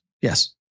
Yes